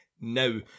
now